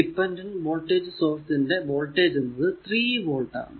dependent voltage source ന്റെ voltage എന്നത് 3 volt ആണ്